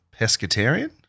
pescatarian